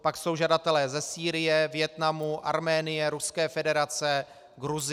Pak jsou žadatelé ze Sýrie, Vietnamu, Arménie, Ruské federace, Gruzie.